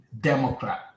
Democrat